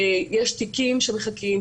ויש תיקים שמחכים.